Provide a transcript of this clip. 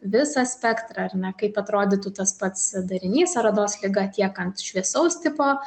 visą spektrą ar ne kaip atrodytų tas pats darinys ar odos liga tiek ant šviesaus tipo